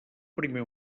primer